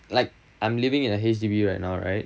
like I'm living in a H_D_B right now right